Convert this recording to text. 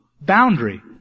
boundary